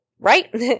right